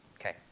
Okay